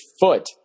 foot